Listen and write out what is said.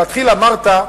אבל אתחיל במה שאמרת,